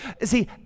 See